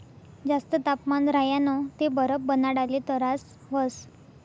जास्त तापमान राह्यनं ते बरफ बनाडाले तरास व्हस